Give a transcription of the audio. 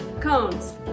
cones